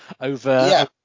over